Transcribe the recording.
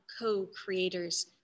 co-creators